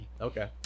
Okay